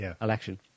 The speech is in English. election